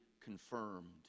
confirmed